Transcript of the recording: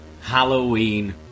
Halloween